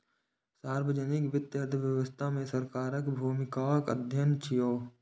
सार्वजनिक वित्त अर्थव्यवस्था मे सरकारक भूमिकाक अध्ययन छियै